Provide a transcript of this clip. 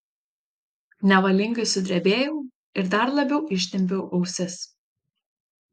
nevalingai sudrebėjau ir dar labiau ištempiau ausis